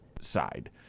side